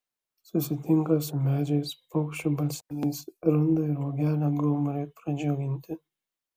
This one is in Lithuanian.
susitinka su medžiais paukščių balseliais randa ir uogelę gomuriui pradžiuginti